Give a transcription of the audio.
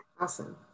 Awesome